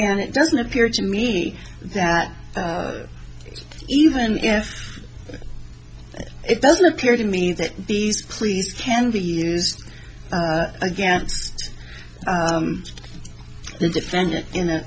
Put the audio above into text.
and it doesn't appear to me that even if it doesn't appear to me that these pleas can be used against the defendant in a